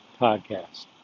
podcast